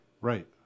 Right